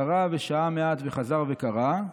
קרא ושהה מעט וחזר וקרא,